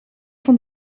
van